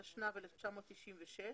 התשנ"ו-1996.